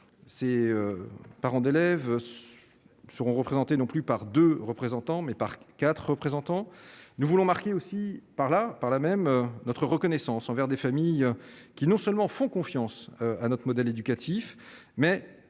ses parents d'élèves seront représentés, non plus par 2 représentants mais par qui, 4 représentants, nous voulons marquée aussi par la par la même notre reconnaissance envers des familles qui non seulement font confiance à notre modèle éducatif mais